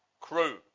crew